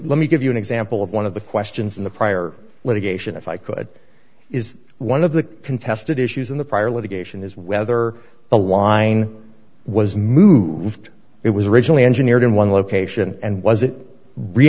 let me give you an example of one of the questions in the prior litigation if i could is one of the contested issues in the prior litigation is whether the line was moved it was originally engineered in one location and wasn't re